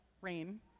Rain